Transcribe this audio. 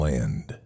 Land